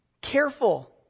careful